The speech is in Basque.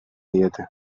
diete